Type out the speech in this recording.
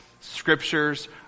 scriptures